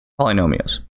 polynomials